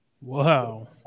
Wow